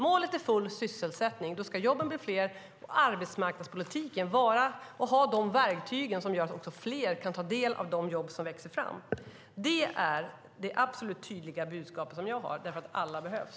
Målet är full sysselsättning. Då ska jobben bli fler och arbetsmarknadspolitiken ha de verktyg som gör att fler kan ta del av de jobb som växer fram. Det är det absolut tydliga budskap som jag har, eftersom alla behövs.